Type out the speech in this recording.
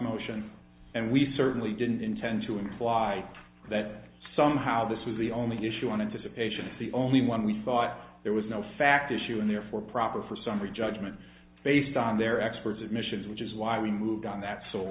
motion and we certainly didn't intend to imply that somehow this was the only issue and it's a patient the only one we thought there was no fact issue and therefore proper for summary judgment based on their experts admissions which is why we moved on that so